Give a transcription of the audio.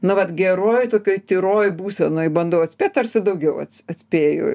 na vat geroj tokioj tikroj būsenoj bandau atspėt tarsi daugiau ats atspėju